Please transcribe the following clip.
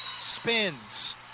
spins